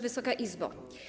Wysoka Izbo!